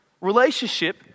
relationship